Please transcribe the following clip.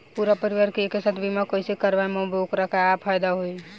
पूरा परिवार के एके साथे बीमा कईसे करवाएम और ओकर का फायदा होई?